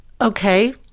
Okay